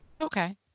Okay